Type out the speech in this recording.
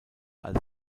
als